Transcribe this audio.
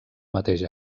mateix